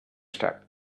step